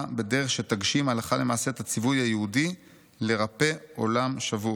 בדרך שתגשים הלכה למעשה את הציווי היהודי לרפא עולם שבור,